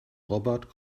robert